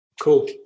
Cool